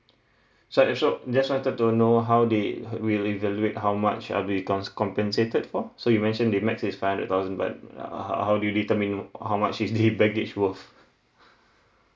so if so just wanted to know how they will evaluate how much I'll be com~ compensated for so you mention the max is five hundred thousand but uh how how do you determine how much is the baggage worth